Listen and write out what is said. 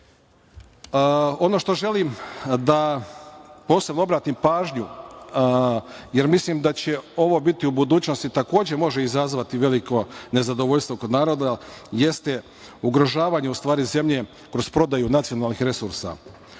na šta želim posebno da obratim pažnju, jer mislim da ovo u budućnosti takođe može izazvati veliko nezadovoljstvo kod naroda, jeste ugrožavanje zemlje kroz prodaju nacionalnih resursa.